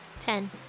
Ten